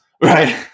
right